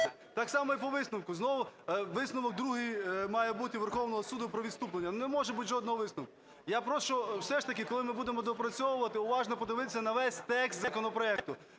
Так само і по висновку. Знову висновок другий має бути Верховного Суду про відступлення. Ну, не може бути жодного висновку. Я прошу все ж таки, коли ми будемо доопрацьовувати, уважно продивитися на весь текст законопроекту.